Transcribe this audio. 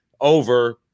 over –